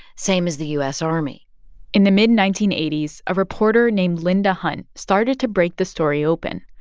same as the u s. army in the mid nineteen eighty s, a reporter named linda hunt started to break the story open.